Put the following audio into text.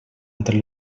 entre